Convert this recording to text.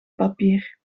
papier